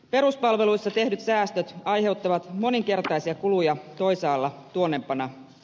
peruspalveluissa tehdyt säästöt aiheuttavat moninkertaisia kuluja toisaalla tuonnempana